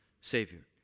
Savior